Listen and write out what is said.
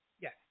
Yes